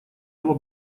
его